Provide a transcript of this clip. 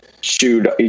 shoot